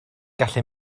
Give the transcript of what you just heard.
gallu